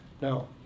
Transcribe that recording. Now